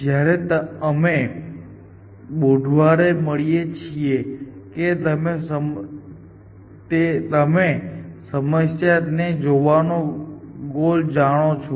જ્યારે અમે બુધવારે મળીએ છીએ કે તમે સમસ્યા ને જોવાનું ગોલ જાણો છો